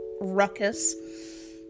ruckus